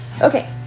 Okay